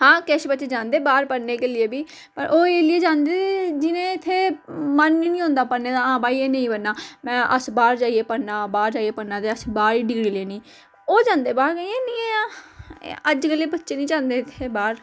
हां किश बच्चे जांदे बाह्र पढ़ने के लिए बी पर ओह् एह् लिए जांदे जि'नें इत्थै मन ही नेईं होंदा पढ़ने दा हां भई एह् नेईं पढ़ना में अस बाह्र जाइयै पढ़ना बाह्र जाइयै पढ़ना ते असें बाह्र ही डिग्री लैनी ओह् जन्दे बाह्र ते इयां अज्जकल दे बच्चे नि जांदे बाह्र